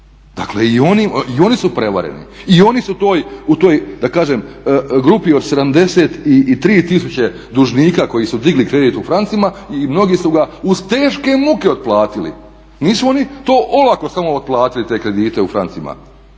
Dakle i oni su prevareni, i oni su u toj grupi od 73000 dužnika koji su digli kredit u francima i mnogi su ga uz teške muke otplatili. Nisu oni to olako samo otplatili te kredite u francima.